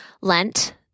Lent